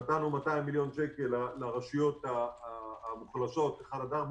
נתנו 200 מיליון שקל לרשויות המוחלשות באשכולות